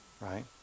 right